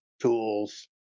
tools